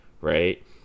right